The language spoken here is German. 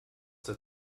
der